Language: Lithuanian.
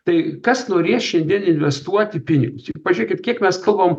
tai kas norės šiandien investuoti pinigus juk pažiūrėkit kiek mes kalbam